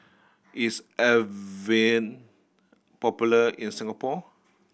is Avene popular in Singapore